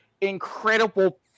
incredible